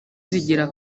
zigira